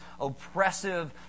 oppressive